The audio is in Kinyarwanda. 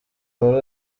muri